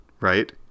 right